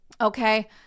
okay